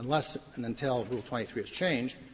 unless and until rule twenty three is changed,